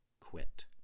quit